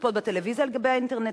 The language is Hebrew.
לצפות בטלוויזיה על גבי האינטרנט,